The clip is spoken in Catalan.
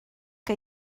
que